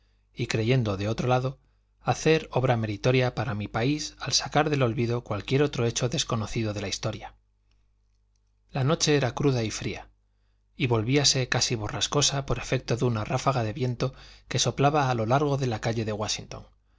y creyendo de otro lado hacer obra meritoria para mi país al sacar del olvido cualquier otro hecho desconocido de la historia la noche era cruda y fría y volvíase casi borrascosa por efecto de una ráfaga de viento que soplaba a lo largo de la calle de wáshington